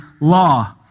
law